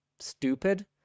stupid